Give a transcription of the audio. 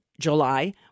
July